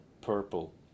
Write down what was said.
purple